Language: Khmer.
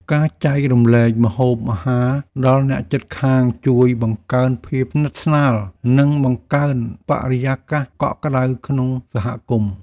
ការចែករំលែកម្ហូបអាហារដល់អ្នកជិតខាងជួយបង្កើនភាពស្និទ្ធស្នាល និងបង្កើតនូវបរិយាកាសកក់ក្តៅក្នុងសហគមន៍។